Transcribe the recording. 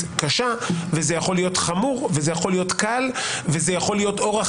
קשה וזה יכול להיות חמור ויכול להיות קל וזה יכול להיות אורח